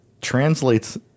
translates